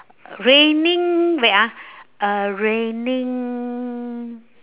raining wait ah uh raining